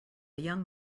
young